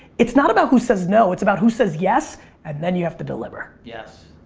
it's not about who says no it's about who says yes and then you have to deliver. yes.